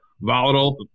volatile